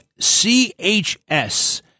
CHS